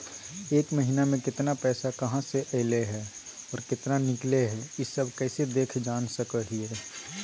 एक महीना में केतना पैसा कहा से अयले है और केतना निकले हैं, ई सब कैसे देख जान सको हियय?